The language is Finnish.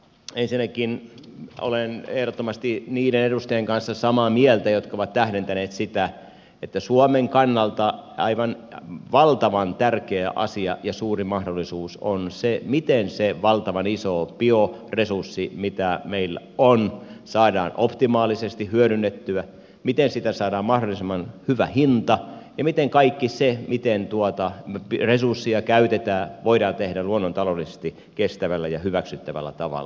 ensinnäkin olen ehdottomasti niiden edusta jien kanssa samaa mieltä jotka ovat tähdentäneet sitä että suomen kannalta aivan valtavan tärkeä asia ja suuri mahdollisuus on se miten se valtavan iso bioresurssi mikä meillä on saadaan optimaalisesti hyödynnettyä miten siitä saadaan mahdollisimman hyvä hinta ja miten kaikki se miten tuota resurssia käytetään voidaan tehdä luonnontaloudellisesti kestävällä ja hyväksyttävällä tavalla